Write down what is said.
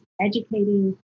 educating